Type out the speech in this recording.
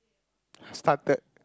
started